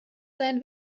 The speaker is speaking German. sein